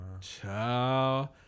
Ciao